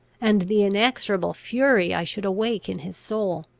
and the inexorable fury i should awake in his soul?